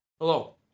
Hello